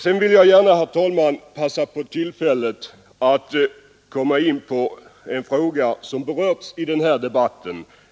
Sedan vill jag gärna, herr talman, begagna tillfället att komma in på en fråga som berörts i denna debatt